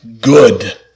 good